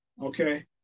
Okay